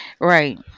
Right